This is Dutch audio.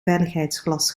veiligheidsglas